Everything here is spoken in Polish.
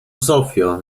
zofio